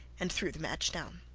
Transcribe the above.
and threw the match down.